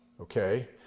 Okay